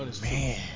man